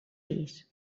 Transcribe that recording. pis